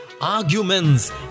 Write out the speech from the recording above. arguments